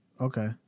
okay